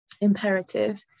imperative